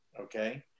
okay